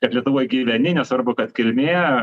kad lietuvoj gyveni nesvarbu kad kilmė